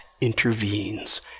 intervenes